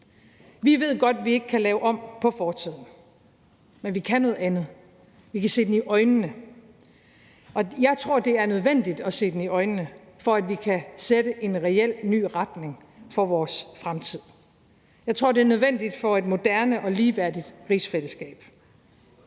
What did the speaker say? Vi ved godt, at vi ikke kan lave om på fortiden, men vi kan noget andet: Vi kan se den i øjnene. Jeg tror, det er nødvendigt at se den i øjnene, for at vi kan sætte en reelt ny retning for vores fremtid. Jeg tror, det er nødvendigt for et moderne og ligeværdigt rigsfællesskab.